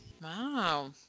wow